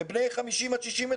ובני 50 עד 69,